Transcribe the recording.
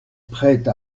prête